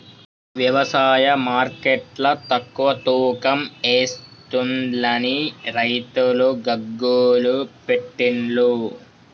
వ్యవసాయ మార్కెట్ల తక్కువ తూకం ఎస్తుంలని రైతులు గగ్గోలు పెట్టిన్లు